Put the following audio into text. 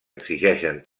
exigeixen